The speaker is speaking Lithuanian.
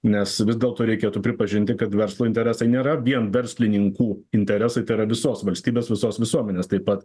nes vis dėlto reikėtų pripažinti kad verslo interesai nėra vien verslininkų interesai tai yra visos valstybės visos visuomenės taip pat